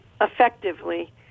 effectively